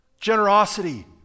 Generosity